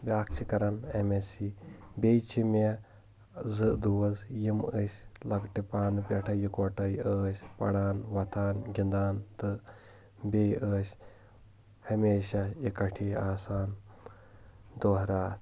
بیٛاکھ چھِ کران اٮ۪م اٮ۪س سی بیٚیہِ چھِ مےٚ زٕ دوس یِم أسۍ لۄکٹہِ پانہٕ پٮ۪ٹھے یِکوٹے ٲسۍ پران وۄتھان گِنٛدان تہٕ بیٚیہِ ٲسۍ ہمیشہ اکٹھے آسان دۄہ راتھ